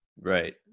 right